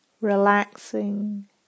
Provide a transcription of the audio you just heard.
relaxing